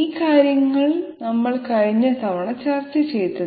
ഈ കാര്യങ്ങൾ നമ്മൾ കഴിഞ്ഞ തവണ ചർച്ച ചെയ്തു